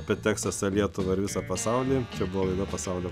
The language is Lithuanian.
apie teksasą lietuvą ir visą pasaulį čia buvo laida pasaulio